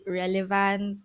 relevant